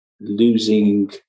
losing